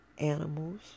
animals